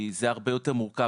זה הרבה יותר מורכב,